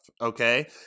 okay